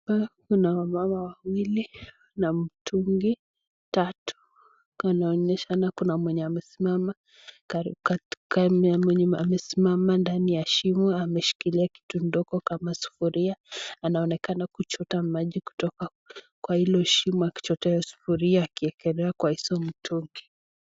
Hapa kuna wamama wawili na mtungi tatu, kuna onyeshana kuna mwenye amesimama ndani ya shimo ameshika kitu dogo kama sufuria , anaonekana kuchota maji kutoka kwa hilo chimo akichota sufuria akiekelea kwa hizo mtungi.